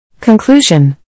Conclusion